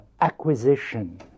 acquisition